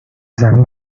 زمین